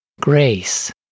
grace